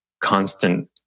constant